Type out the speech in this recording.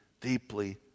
deeply